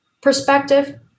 perspective